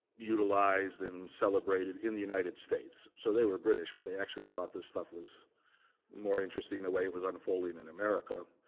utilized and celebrated in the united states. so they were british, but they actually thought this stuff was more interesting the way it was unfolding in america.